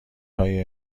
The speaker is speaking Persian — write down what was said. های